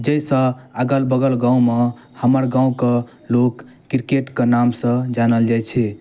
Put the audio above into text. जाहिसँ अगल बगल गाममे हमर गामके लोक किरकेटके नामसँ जानल जाइ छै